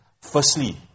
Firstly